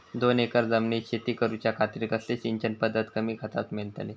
दोन एकर जमिनीत शेती करूच्या खातीर कसली सिंचन पध्दत कमी खर्चात मेलतली?